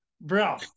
bro